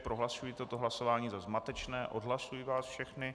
Prohlašuji toto hlasování za zmatečné, odhlašuji vás všechny.